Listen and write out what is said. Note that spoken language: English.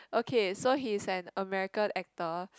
okay so he's an American actor